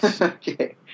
Okay